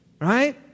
right